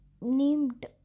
named